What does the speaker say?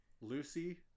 Lucy